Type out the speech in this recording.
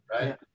right